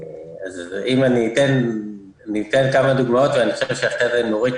אני אתן כמה דוגמאות ואני חושב שאחרי זה נורית,